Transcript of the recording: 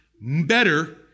better